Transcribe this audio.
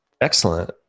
Excellent